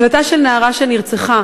הקלטה של נערה שנרצחה.